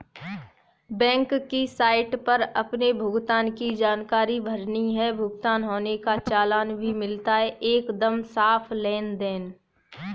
bank की site पर अपने भुगतान की जानकारी भरनी है, भुगतान होने का चालान भी मिलता है एकदम साफ़ लेनदेन